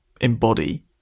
embody